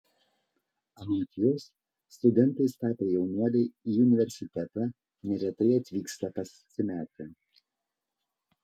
anot jos studentais tapę jaunuoliai į universitetą neretai atvyksta pasimetę